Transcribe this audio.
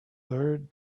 third